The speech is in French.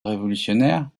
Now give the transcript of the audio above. révolutionnaire